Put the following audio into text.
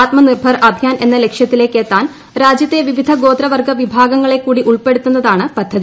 ആത്മനിർഭർ അഭിയാൻ എന്ന ലക്ഷ്യത്തിലേക്ക് എത്താൻ രാജ്യത്തെ വിവിധ ഗോത്രവർഗു വിഭാഗങ്ങളെക്കൂടി ഉൾപ്പെടുത്തു ന്നതാണ് പദ്ധതി